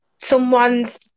someone's